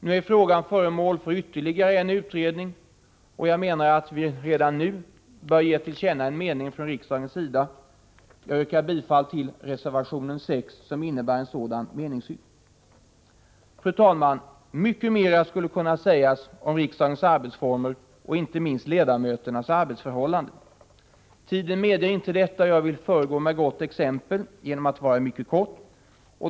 Nu är frågan föremål för ytterligare en utredning, men jag anser att riksdagen redan nu bör ge till känna en mening. Jag yrkar bifall till reservation 6, som innebär en sådan meningsyttring. Fru talman! Mycket mera skulle kunna sägas om riksdagens arbetsformer och inte minst ledamöternas arbetsförhållanden. Tiden medger dock inte detta, och jag vill föregå med gott exempel genom att fatta mig kort.